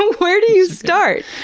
so where do you start?